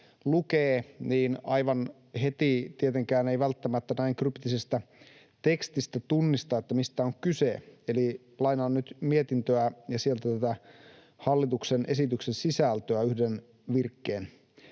lukee, aivan heti tietenkään ei välttämättä näin kryptisestä tekstistä tunnista, mistä on kyse. Eli lainaan nyt mietintöä ja sieltä hallituksen esityksen sisältöä yhden virkkeen: